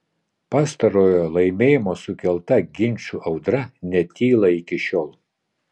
pastarojo laimėjimo sukelta ginčų audra netyla iki šiol